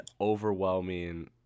overwhelming